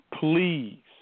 Please